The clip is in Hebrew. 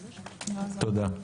תודה.